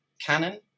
canon